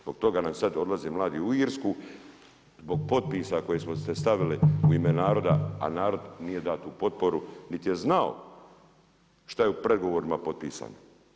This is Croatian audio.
Zbog toga nam sada odlaze mladi u Irsku, zbog potpisa koji ste stavili u ime naroda, a narod nije dao tu potporu niti je znao šta je u pregovorima potpisano.